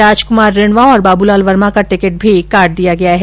राजकुमार रिणवा और बाबूलाल वर्मा का टिकट भी काट दिया गया है